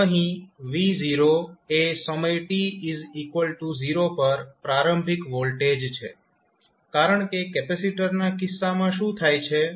અહીં V0 એ સમય t 0 પર પ્રારંભિક વોલ્ટેજ છે કારણકે કેપેસિટરના કિસ્સામાં શું થાય છે